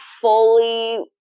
fully